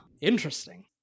interesting